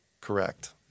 Correct